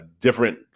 different